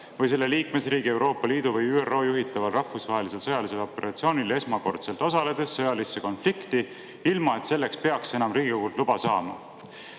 või selle liikmesriigi, Euroopa Liidu või ÜRO juhitaval rahvusvahelisel sõjalisel operatsioonil esmakordselt osaledes sõjalisse konflikti, ilma et selleks peaks enam Riigikogult luba saama.